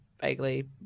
vaguely